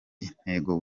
intego